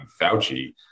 Fauci